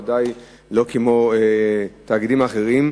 ודאי שלא כמו התאגידים האחרים.